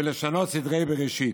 ולשנות סדרי בראשית.